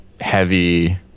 heavy